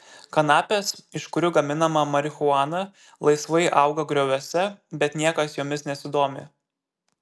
kanapės iš kurių gaminama marihuana laisvai auga grioviuose bet niekas jomis nesidomi